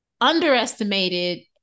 underestimated